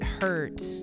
hurt